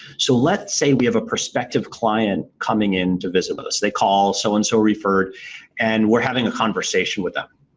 so, let's say we have a prospective client coming in to visit us. they call so so-and-so so referred and we're having a conversation with them.